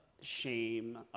shame